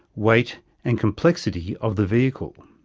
weight and complexity of the vehicle.